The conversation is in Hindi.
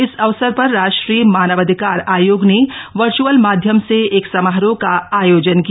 इस अवसर पर राष्ट्रीय मानवाधिकार आयोग ने वर्चअल माध्यम से एक समारोह का आयोजन किया